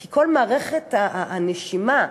כי כל מערכת הנשימה,